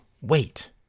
wait